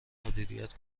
مدیریت